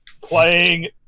Playing